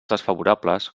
desfavorables